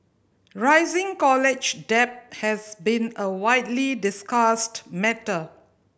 rising college debt has been a widely discussed matter